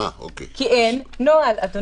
כי אין נוהל, אדוני.